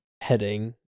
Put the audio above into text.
heading